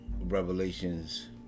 Revelations